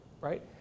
right